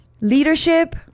leadership